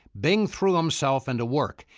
bing threw himself into work.